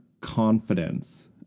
confidence